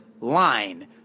line